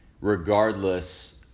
regardless